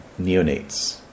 neonates